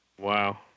Wow